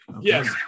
Yes